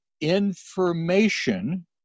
information